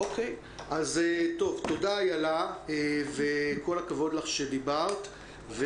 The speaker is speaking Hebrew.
תודה איילה וכל הכבוד לך שדיברת.